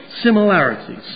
similarities